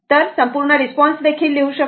तर संपूर्ण रिस्पॉन्स देखील लिहू शकतो